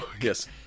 Yes